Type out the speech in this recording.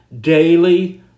daily